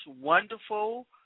wonderful